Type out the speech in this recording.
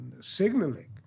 signaling